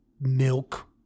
milk